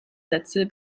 sätze